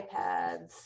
ipads